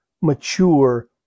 mature